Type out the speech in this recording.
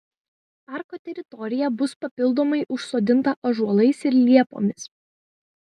parko teritorija bus papildomai užsodinta ąžuolais ir liepomis